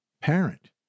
parent